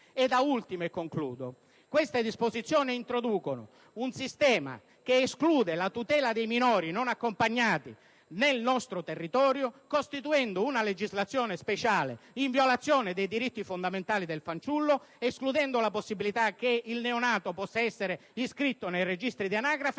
sottolineando che queste disposizioni introducono un sistema che esclude la tutela dei minori non accompagnati nel nostro territorio, costituendo una legislazione speciale in violazione dei diritti fondamentali del fanciullo ed escludendo la possibilità che il neonato possa essere iscritto nei registri dell'anagrafe